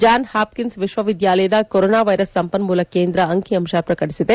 John Hopkins ವಿಶ್ವವಿದ್ಯಾಲಯದ corona virus ಸಂಪನ್ಮೂಲ ಕೇಂದ್ರ ಅಂಕಿಅಂಶ ಪ್ರಕಟಿಸಿದೆ